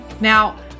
Now